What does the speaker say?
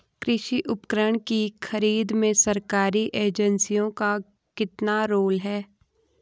कृषि उपकरण की खरीद में सरकारी एजेंसियों का कितना रोल है?